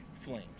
flames